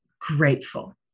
grateful